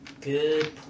Good